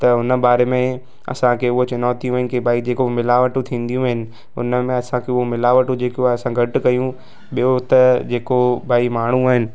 त हुन बारे में असांखे उहा चुनौतियूं आहिनि की भाई जेको मिलावटूं थींदियूं आहिनि हुन में असांखे उहो मिलावटूं जेको आहे घटि कयूं ॿियों त जेको भाई माण्हू आहिनि